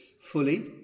fully